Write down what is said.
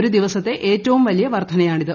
ഒരു ദിവസത്തെ ഏറ്റവും വലിയ വർധനയാണിത്